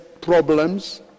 problems